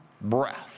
breath